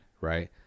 right